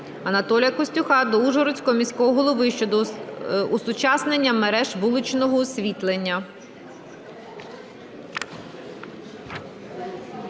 Анатолія Костюха до Ужгородського міського голови щодо осучаснення мереж вуличного освітлення.